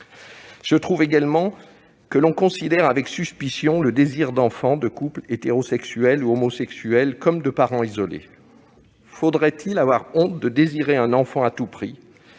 Je trouve également que l'on considère avec suspicion le désir d'enfant des couples hétérosexuels ou homosexuels comme des parents isolés. Faudrait-il avoir honte de désirer un enfant à tout prix ?